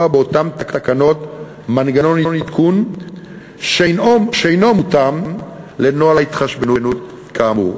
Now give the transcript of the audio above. באותן תקנות מנגנון עדכון שאינו מותאם לנוהל ההתחשבנות כאמור.